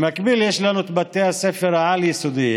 במקביל, יש לנו את בתי הספר העל-יסודיים,